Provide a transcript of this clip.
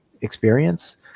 experience